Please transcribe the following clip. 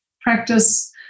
practice